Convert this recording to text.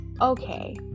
okay